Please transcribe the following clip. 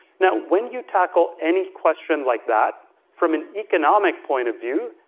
now, when you tackle any question like that from an economic point of view,